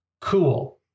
Cool